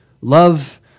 Love